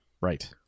Right